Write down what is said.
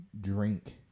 drink